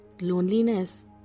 Loneliness